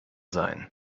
sein